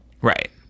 Right